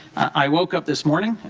i woke up this morning,